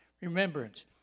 remembrance